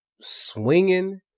swinging